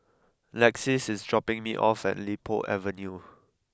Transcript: Lexis is dropping me off at Li Po Avenue